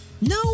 No